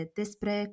despre